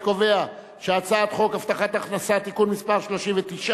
אני קובע שהצעת חוק הבטחת הכנסה (תיקון מס' 39)